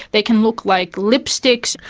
they can look like lipsticks.